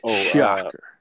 Shocker